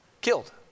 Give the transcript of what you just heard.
killed